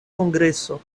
kongreso